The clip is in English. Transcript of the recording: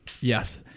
Yes